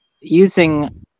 using